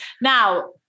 Now